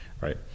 right